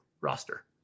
roster